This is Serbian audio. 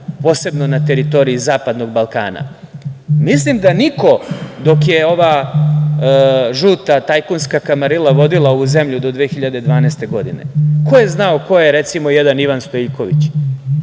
posebno na teritoriji zapadnog Balkana. Mislim da niko, dok je ova žuta tajkunska kamarila vodila ovu zemlju do 2012. godine. Ko je zna ko je jedan Ivan Stoiljković?